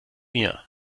mir